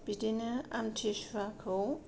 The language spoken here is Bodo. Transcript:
बिदिनो आम्थिसुवाखौ